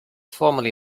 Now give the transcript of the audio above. formerly